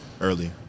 early